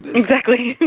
exactly.